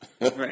Right